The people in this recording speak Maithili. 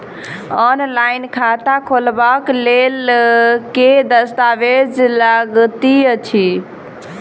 ऑनलाइन खाता खोलबय लेल केँ दस्तावेज लागति अछि?